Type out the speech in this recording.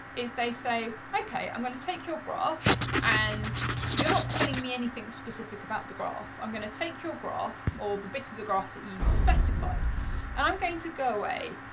is they say, okay, i'm gonna take your graph, and you're not telling me anything specific about the graph. i'm gonna take your graph or the bit of the graph that you've specified and i'm going to go away,